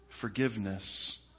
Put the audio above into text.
forgiveness